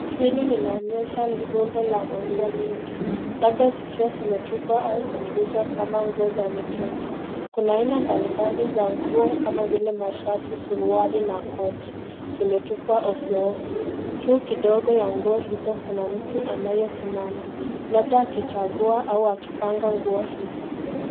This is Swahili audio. Hili linaonyesha rundo la nguo nyingi. Labda zikiwa zimetupwa au zikiuzwa kama nguo za mitumba. Kuna aina mbalimbali za nguo kama vile mashati, suruali na koti. Zimetupwa ovyo ovyo. Juu kidogo ya nguo hizo kuna mtu anayesimama. Labda akichagua au akipanga nguo hizo.